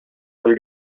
del